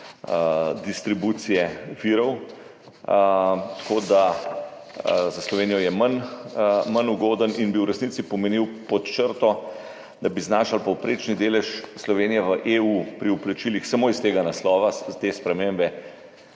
distribucije virov. Za Slovenijo je manj ugoden in bi v resnici to pod črto pomenilo, da bi znašal povprečni delež Slovenije v EU pri vplačilih samo iz naslova te spremembe